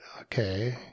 okay